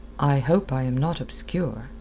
i hope i am not obscure,